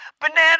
banana